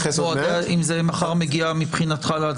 האם זה מגיע מחר מבחינתך להצבעה?